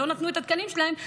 שלא נתנו את התקנים שלהם,